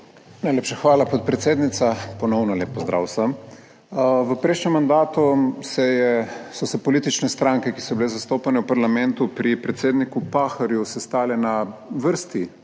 Najlepša hvala, podpredsednica. Ponovno lep pozdrav vsem. V prejšnjem mandatu se je, so se politične stranke, ki so bile zastopane v parlamentu pri predsedniku Pahorju sestale na vrsti posvetov